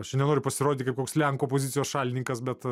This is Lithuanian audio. aš čia nenoriu pasirodyti kaip koks lenkų pozicijos šalininkas bet